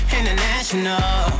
International